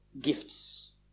gifts